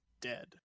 dead